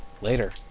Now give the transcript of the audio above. Later